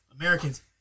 Americans